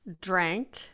drank